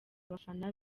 abafana